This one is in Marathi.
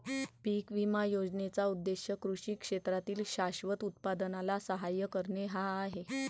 पीक विमा योजनेचा उद्देश कृषी क्षेत्रातील शाश्वत उत्पादनाला सहाय्य करणे हा आहे